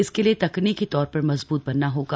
इसके लिए तकनीकी तौर पर मजबूत बनना होगा